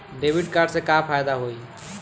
Debit card से का फायदा होई?